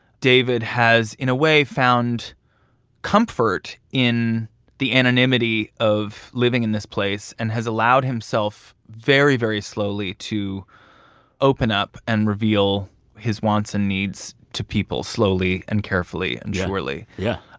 david has, in a way, found comfort in the anonymity of living in this place and has allowed himself very, very slowly to open up and reveal his wants and needs to people slowly and carefully and surely yeah,